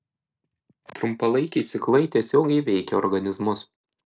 trumpalaikiai ciklai tiesiogiai veikia organizmus